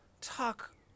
talk